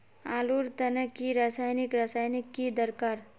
आलूर तने की रासायनिक रासायनिक की दरकार?